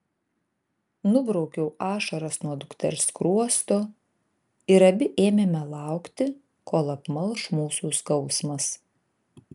nubraukiau ašaras nuo dukters skruosto ir abi ėmėme laukti kol apmalš mūsų skausmas